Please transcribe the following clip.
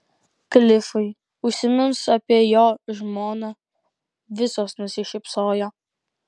klifui užsiminus apie jo žmoną visos nusišypsojo